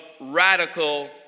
radical